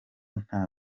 nta